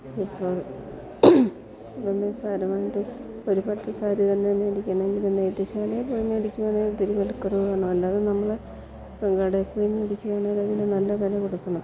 ഇപ്പോൾ നിസ്സാരമായൊരു ഒരു പട്ടുസാരി തന്നെ മേടിക്കണമെങ്കിൽ നെയ്ത്തു ശാലയിൽപ്പോയി മേടിക്കുകയാണെങ്കിൽ ഇത്തിരി വിലക്കുറവാണ് അല്ലാതെ നമ്മൾ ഒരു കടയിൽപ്പോയി മേടിക്കുകയാണെങ്കിലതിന് നല്ല വില കൊടുക്കണം